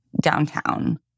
downtown